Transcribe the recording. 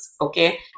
okay